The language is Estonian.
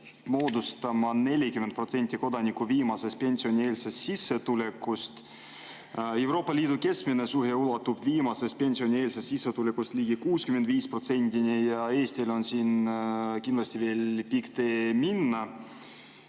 moodustama 40% kodaniku viimasest pensionieelsest sissetulekust. Euroopa Liidu keskmine suhe ulatub viimasest pensionieelsest sissetulekust ligi 65%‑ni. Eestil on siin kindlasti veel pikk tee minna.